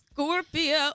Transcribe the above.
Scorpio